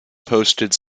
posted